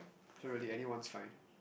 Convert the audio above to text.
so really anyone's fine